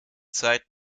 zeit